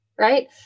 Right